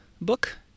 book